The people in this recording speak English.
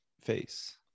face